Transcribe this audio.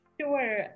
Sure